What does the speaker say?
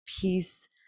peace